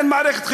אין מערכת חינוך.